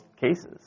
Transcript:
cases